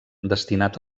destinat